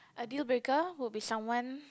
a dealbreaker would be someone